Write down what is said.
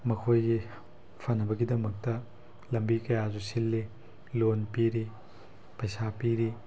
ꯃꯈꯣꯏꯒꯤ ꯐꯅꯕꯒꯤꯗꯃꯛꯇ ꯂꯝꯕꯤ ꯀꯌꯥꯁꯨ ꯁꯤꯜꯂꯤ ꯂꯣꯟ ꯄꯤꯔꯤ ꯄꯩꯁꯥ ꯄꯤꯔꯤ